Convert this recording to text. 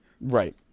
Right